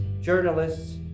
journalists